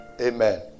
Amen